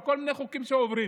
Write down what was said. על כל מיני חוקים שעוברים,